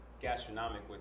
gastronomic